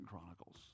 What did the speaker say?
Chronicles